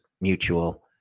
mutual